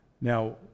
Now